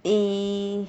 eh